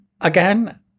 Again